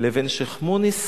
לבין שיח'-מוניס,